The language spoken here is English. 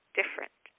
different